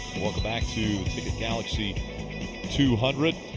welcome back to ticket galaxy two hundred.